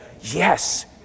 yes